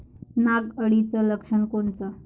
नाग अळीचं लक्षण कोनचं?